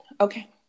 Okay